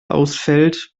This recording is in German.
ausfällt